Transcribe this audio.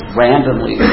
randomly